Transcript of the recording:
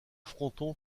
fronton